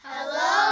Hello